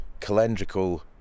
calendrical